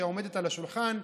שעומדת על השולחן.